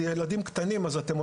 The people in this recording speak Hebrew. בשבת.